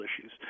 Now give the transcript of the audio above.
issues